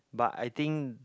but I think